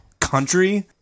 country